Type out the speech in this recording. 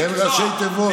אין ראשי תיבות.